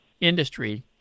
industry